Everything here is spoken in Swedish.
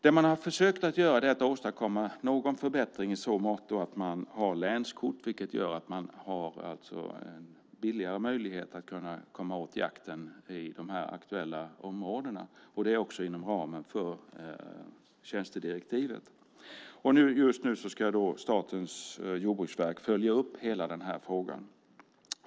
Det man har försökt göra är att åstadkomma någon förbättring i så måtto att man har infört länskort, vilket gör att innehavaren alltså har möjlighet att billigare komma åt jakten i de aktuella områdena. Det är också inom ramen för tjänstedirektivet. Just nu ska Statens jordbruksverk följa upp hela den här frågan.